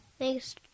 Thanks